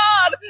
God